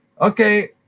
Okay